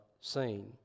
seen